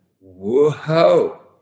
whoa